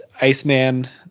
Iceman